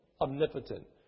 omnipotent